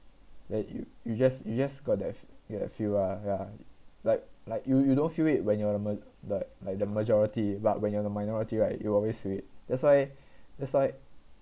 then you you just you just got that get that feel ah yeah like like you you don't feel it when you are a mal~ like like the majority but when you are the minority right you always feel it that's why that's why